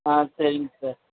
ஆ சரிங்க சார்